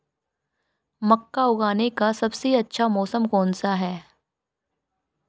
मक्का उगाने का सबसे अच्छा मौसम कौनसा है?